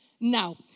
now